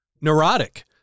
neurotic